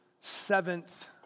seventh